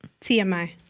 TMI